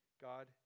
God